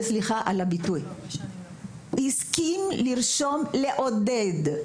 וסליחה על הביטוי הסכים לרשום: "לעודד".